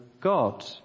God